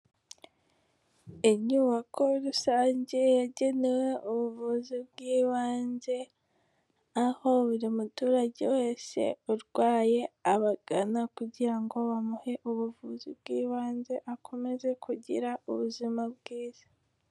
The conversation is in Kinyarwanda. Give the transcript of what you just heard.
Inyubako rusange yagenewe ubuvuzi bw'ibanze, aho buri muturage wese urwaye abagana kugira ngo bamuhe ubuvuzi bw'ibanze akomeze kugira ubuzima bwiza.